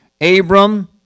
Abram